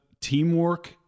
Teamwork